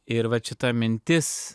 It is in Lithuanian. ir vat šita mintis